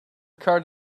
card